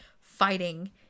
fighting